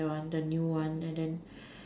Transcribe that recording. that one the new one and then